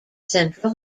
central